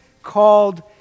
called